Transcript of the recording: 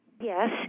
Yes